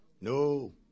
No